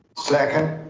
second.